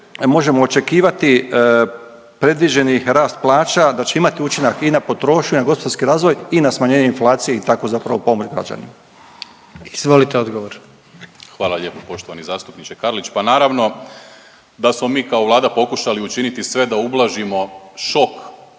možemo očekivati predviđeni rast plaća da će imati učinak i na potrošnju i na gospodarski razvoj i na smanjenje inflacije i tako zapravo pomoć građanima? **Jandroković, Gordan (HDZ)** Izvolite odgovor. **Primorac, Marko** Hvala lijepo poštovani zastupniče Karlić. Pa naravno da smo mi kao Vlada pokušali učiniti sve da ublažimo šok